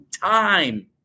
time